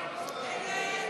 נגד.